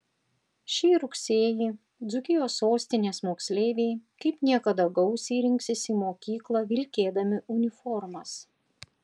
šį rugsėjį dzūkijos sostinės moksleiviai kaip niekada gausiai rinksis į mokyklą vilkėdami uniformas